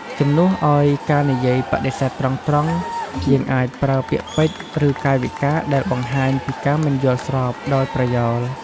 ជំនួសឲ្យការនិយាយបដិសេធត្រង់ៗ យើងអាចប្រើពាក្យពេចន៍ ឬកាយវិការដែលបង្ហាញពីការមិនយល់ស្របដោយប្រយោល។